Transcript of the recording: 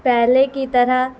پہلے کی طرح